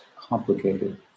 complicated